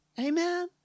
Amen